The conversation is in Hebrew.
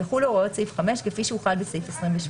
יחולו הוראות סעיף 5 כפי שהוחל בסעיף 28,